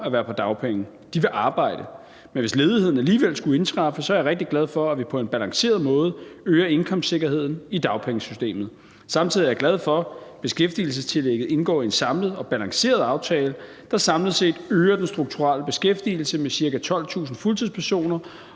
at være på dagpenge. De vil arbejde. Men hvis ledigheden alligevel skulle indtræffe, er jeg rigtig glad for, at vi på en balanceret måde øger indkomstsikkerheden i dagpengesystemet. Samtidig er jeg glad for, at beskæftigelsestillægget indgår i en samlet og balanceret aftale, der samlet set øger den strukturelle beskæftigelse med ca. 12.000 fuldtidspersoner